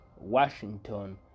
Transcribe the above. Washington